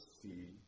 see